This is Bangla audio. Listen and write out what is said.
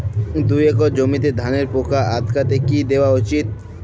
দুই একর জমিতে ধানের পোকা আটকাতে কি দেওয়া উচিৎ?